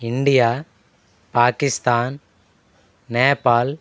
India Pakistan Nepal